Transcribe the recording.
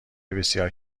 بسیار